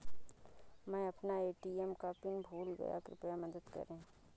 मै अपना ए.टी.एम का पिन भूल गया कृपया मदद करें